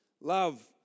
Love